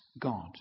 God